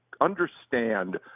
understand